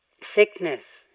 Sickness